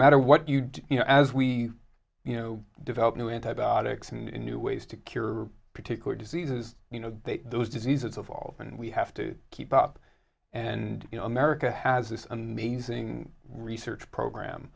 matter what you do you know as we you know develop new antibiotics and new ways to cure particular diseases you know they those diseases of all and we have to keep up and you know america has this amazing research